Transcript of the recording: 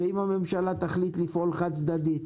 ואם הממשלה תחליט לפעול חד-צדדית